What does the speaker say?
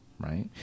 right